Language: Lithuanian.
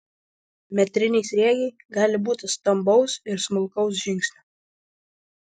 metriniai sriegiai gali būti stambaus ir smulkaus žingsnio